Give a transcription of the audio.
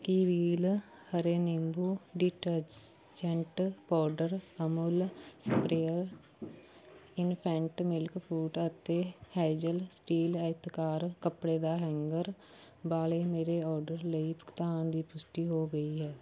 ਕੀ Wheel ਹਰੇ ਨਿੰਬੂ detergent powder Amul spray infant milk food ਅਤੇ ਹੈਜ਼ਲ ਸਟੀਲ ਆਇਤਕਾਰ ਕੱਪੜੇ ਦਾ ਹੈਂਗਰ ਵਾਲੇ ਮੇਰੇ ਔਡਰ ਲਈ ਭੁਗਤਾਨ ਦੀ ਪੁਸ਼ਟੀ ਹੋ ਗਈ ਹੈ